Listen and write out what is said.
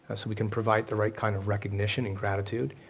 so we can provide the right kind of recognition and gratitude,